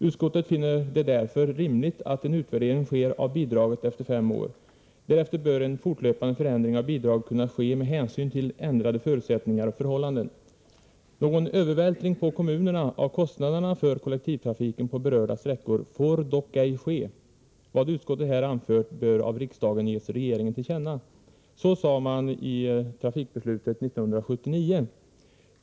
Utskottet finner det därför rimligt att en utvärdering sker av bidraget efter fem år. Därefter bör en fortlöpande förändring av bidraget kunna ske med hänsyn till ändrade förutsättningar och förhållanden. Någon övervältring på kommunerna av kostnaderna för kollektivtrafiken på berörda sträckor får dock ej ske. Vad utskottet här anfört bör av riksdagen ges regeringen till känna.” Så sade man i trafikbeslutet 1979.